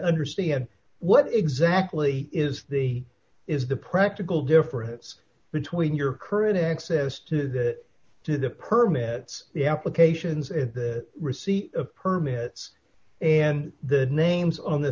understand what exactly is the is the practical difference between your current access to the to the permits the applications and the receipt of permits and the names on the